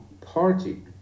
party